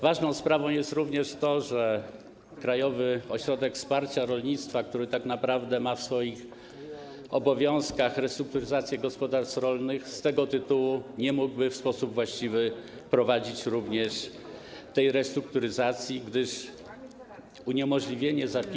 Ważną sprawą jest również to, że Krajowy Ośrodek Wsparcia Rolnictwa, który tak naprawdę ma w swoich obowiązkach restrukturyzację gospodarstw rolnych, z tego tytułu nie mógłby w sposób właściwy prowadzić również tej restrukturyzacji, gdyż uniemożliwienie zapisu.